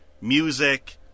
music